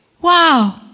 Wow